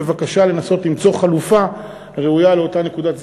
בבקשה לנסות למצוא חלופה ראויה לאותה נקודת זיכוי,